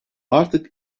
artık